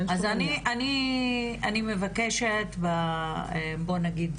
אז אני מבקשת בואי נגיד,